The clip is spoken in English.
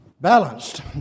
Balanced